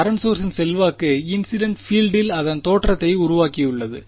current சோர்சின் செல்வாக்கு incident பீல்டில் அதன் தோற்றத்தை உருவாக்கியுள்ளது